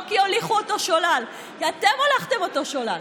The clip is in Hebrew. לא כי הוליכו אותו שולל, כי אתם הולכתם אותו שולל.